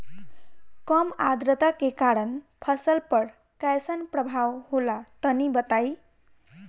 कम आद्रता के कारण फसल पर कैसन प्रभाव होला तनी बताई?